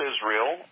Israel